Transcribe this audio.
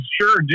sure